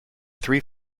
three